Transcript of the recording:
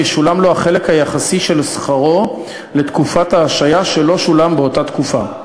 ישולם לו החלק היחסי של שכרו לתקופת ההשעיה שלא שולם באותה תקופה.